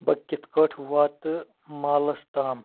بہٕ کِتھٕ کٔنۍ واتہٕ مالَس تام